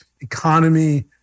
economy